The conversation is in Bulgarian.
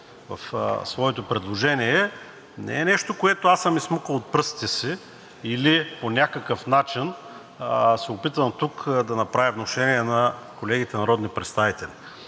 в своето предложение, не е нещо, което аз съм изсмукал от пръстите си или по някакъв начин се опитвам тук да направя внушение на колегите народни представители.